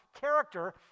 character